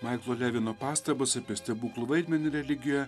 maiklo levino pastabas apie stebuklų vaidmenį religijoje